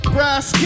Brass